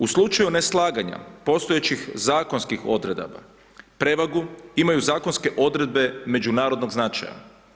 U slučaju neslaganja postojećih zakonskih odredaba, prevagu imaju zakonske odredbe međunarodnog značaja.